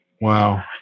Wow